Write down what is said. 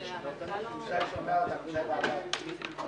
הצעות לסדר-היום?